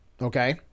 Okay